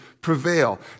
prevail